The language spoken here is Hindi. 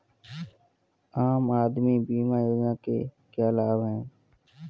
आम आदमी बीमा योजना के क्या लाभ हैं?